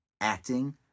Acting